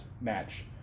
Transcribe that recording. match